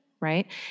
right